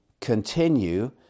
continue